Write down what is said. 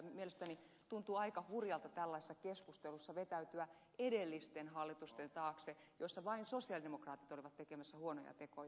mielestäni tuntuu aika hurjalta tällaisessa keskustelussa vetäytyä edellisten hallitusten taakse joissa vain sosialidemokraatit olivat tekemässä huonoja tekoja